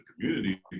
community